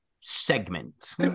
segment